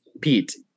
Pete